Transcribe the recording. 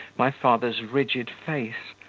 my father's rigid face,